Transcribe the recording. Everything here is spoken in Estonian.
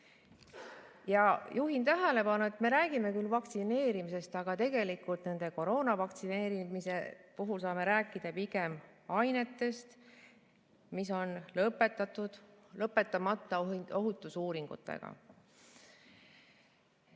Juhin tähelepanu, et me räägime küll vaktsineerimisest, aga tegelikult koroonavaktsiini puhul saame rääkida pigem ainetest, mis on lõpetamata ohutusuuringutega.